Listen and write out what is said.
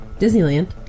Disneyland